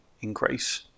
increase